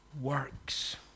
works